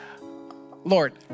Lord